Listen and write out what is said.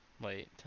wait